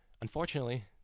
unfortunately